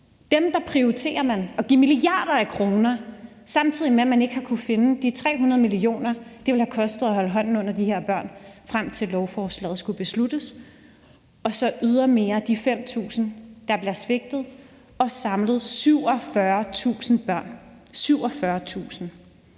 Dem prioriterer man at give milliarder af kroner, samtidig med at man ikke har kunnet finde de 300 mio. kr., det ville have kostet at holde hånden under de her børn, frem til lovforslaget skulle vedtages. Og så er der ydermere de 5.000, der bliver svigtet. Samlet er det 47.000 børn – 47.000!